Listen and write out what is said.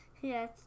yes